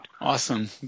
awesome